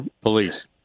police